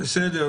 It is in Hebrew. בסדר,